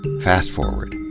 fast forward.